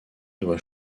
doit